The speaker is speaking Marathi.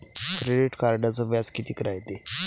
क्रेडिट कार्डचं व्याज कितीक रायते?